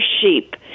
sheep